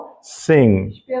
sing